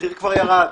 המחיר כבר ירד.